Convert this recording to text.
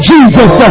Jesus